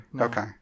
okay